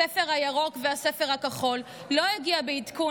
הספר הירוק והספר הכחול לא הגיעו בעדכון